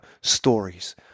stories